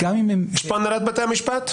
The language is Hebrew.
הנהלת בתי המשפט,